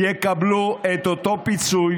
יקבלו את אותו פיצוי